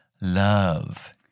love